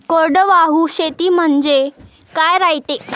कोरडवाहू शेती म्हनजे का रायते?